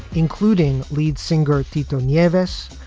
including lead singer tito nevis,